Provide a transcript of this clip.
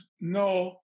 No